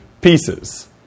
pieces